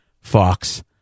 Fox